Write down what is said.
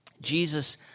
Jesus